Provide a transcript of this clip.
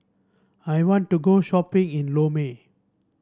I want to go shopping in Lome